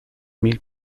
mil